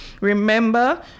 Remember